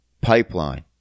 pipeline